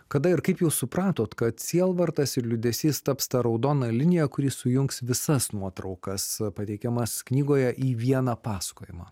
kada ir kaip jūs supratot kad sielvartas ir liūdesys taps ta raudona linija kuri sujungs visas nuotraukas pateikiamas knygoje į vieną pasakojimą